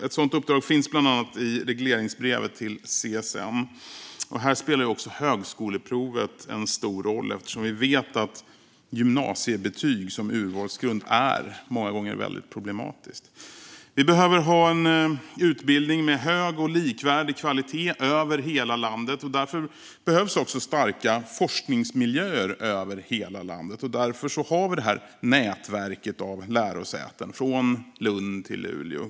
Ett sådant uppdrag finns bland annat i regleringsbrevet till CSN. Här spelar också högskoleprovet en stor roll, eftersom vi vet att gymnasiebetyg som urvalsgrund många gånger är väldigt problematiskt. Vi behöver ha utbildning med hög och likvärdig kvalitet över hela landet, och då behövs också starka forskningsmiljöer över hela landet. Därför har vi ett nätverk av lärosäten från Lund till Luleå.